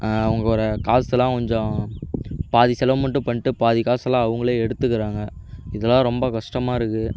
அவங்க ஒரு காசுலாம் கொஞ்சம் பாதி செலவு மட்டும் பண்ணிவிட்டு பாதி காசுலாம் அவங்களே எடுத்துக்கிறாங்க இதெல்லாம் ரொம்ப கஷ்டமாக இருக்குது